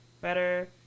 better